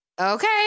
Okay